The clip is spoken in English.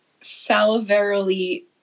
salivarily